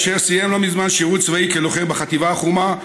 אשר סיים לא מזמן שירות צבאי כלוחם בחטיבת החומה,